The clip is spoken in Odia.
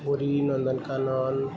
ପୁରୀ ନନ୍ଦନକାନନ